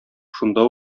шунда